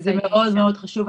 זה מאוד-מאוד חשוב.